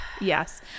Yes